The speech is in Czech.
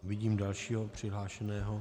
Vidím dalšího přihlášeného.